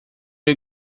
are